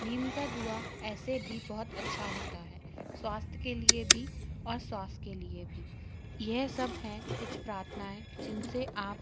नीम का धुआँ ऐसे भी बहुत अच्छा होता है स्वास्थ्य के लिए भी और श्वास के लिए भी यह सब हैं कुछ प्राथनाऍं जिन से आप